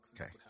Okay